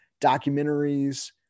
documentaries